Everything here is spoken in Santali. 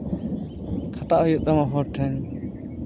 ᱠᱷᱟᱴᱟᱜ ᱦᱩᱭᱩᱜ ᱛᱟᱢᱟ ᱦᱚᱲ ᱴᱷᱮᱱ